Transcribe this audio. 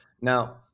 now